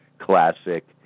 classic